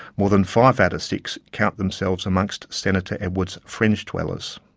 more than five out of six count themselves among so senator edwards' fringe-dwellers.